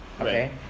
okay